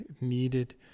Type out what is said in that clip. needed